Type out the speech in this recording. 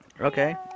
Okay